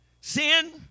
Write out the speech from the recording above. Sin